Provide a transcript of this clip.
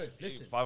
Listen